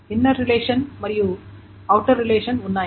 inner relation మరియు outer relation ఉన్నాయి